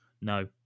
No